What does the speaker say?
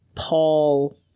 Paul